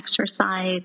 exercise